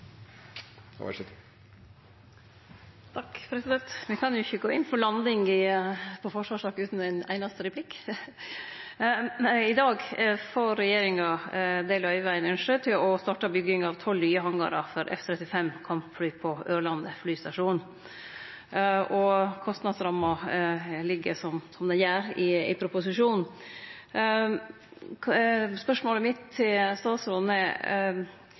kan jo ikkje gå inn for landing i ei forsvarssak utan ein einaste replikk. I dag får regjeringa det løyvet ein ønskjer til å starte bygginga av tolv nye hangarar for F-35 kampfly på Ørland flystasjon, og kostnadsramma ligg som ho gjer, i proposisjonen. Spørsmålet mitt til statsråden er: